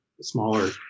smaller